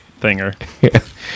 thinger